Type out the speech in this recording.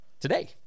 today